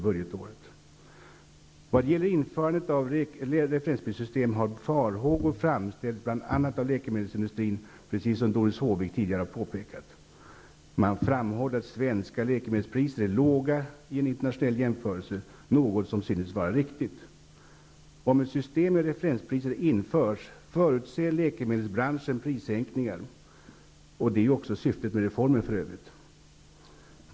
I vad gäller införandet av ett referensprissystem har farhågor framförts av bl.a. läkemedelsindustrin, precis som Doris Håvik tidigare har påpekat. Man framhåller att svenska läkemedelspriser är låga vid en internationell jämförelse, något som synes vara riktigt. Om ett system med referenspriser införs, förutser läkemedelsbranschen prissänkningar, vilket för övrigt är syftet med reformen.